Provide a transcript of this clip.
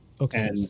Okay